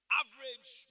average